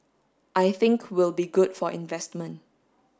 I think will be good for investment